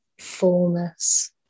fullness